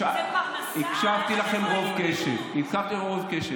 שרוצה לכפות כרגע את דעתו.